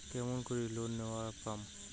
কেমন করি লোন নেওয়ার পামু?